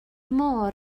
môr